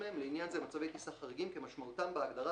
(רישיונות לעובדי טיס), התשע"ח-2017, נתקבלו.